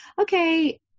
okay